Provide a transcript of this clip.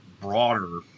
broader